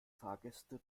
fahrgäste